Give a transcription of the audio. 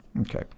Okay